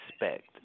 respect